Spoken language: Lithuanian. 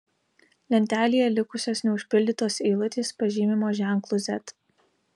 lentelėje likusios neužpildytos eilutės pažymimos ženklu z